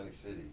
City